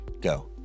Go